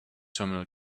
terminal